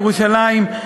ירושלים,